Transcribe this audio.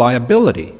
liability